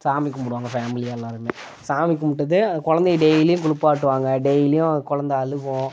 சாமி கும்புடுவாங்க ஃபேமிலியாக எல்லோருமே சாமி கும்பிடுட்டு குழந்தைய டெய்லியும் குளிப்பாட்டுவாங்க டெய்லியும் குழந்த அழுகும்